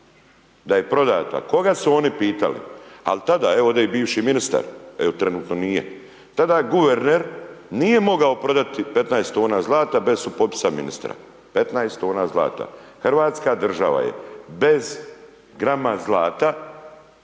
da je prodata, koga su oni pitali? Ali, tada, evo, ovdje i bivši ministar, evo trenutno nije, tada guverner nije mogao prodati 15 tona zlata bez supotpisa ministra. 15 tona zlata. Hrvatska država je bez grama zlata